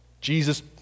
Jesus